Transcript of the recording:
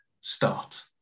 start